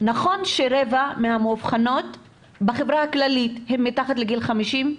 נכון שרבע מהמאובחנות בחברה הכללית הן מתחת לגיל 50?